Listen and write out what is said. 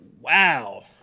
Wow